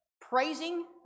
praising